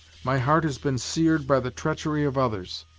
my heart has been seared by the treachery of others.